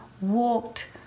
walked